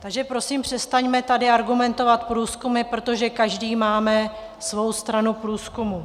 Takže prosím, přestaňme tady argumentovat průzkumy, protože každý máme svou stranu průzkumů.